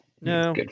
No